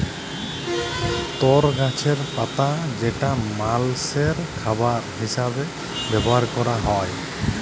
তর গাছের পাতা যেটা মালষের খাবার হিসেবে ব্যবহার ক্যরা হ্যয়